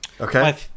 Okay